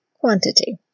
quantity